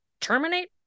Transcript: Terminate